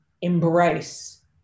embrace